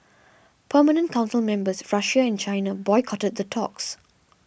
permanent council members Russia and China boycotted the talks